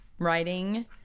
writing